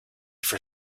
for